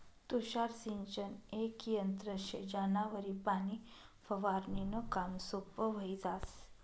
तुषार सिंचन येक यंत्र शे ज्यानावरी पाणी फवारनीनं काम सोपं व्हयी जास